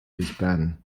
disband